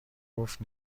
گفت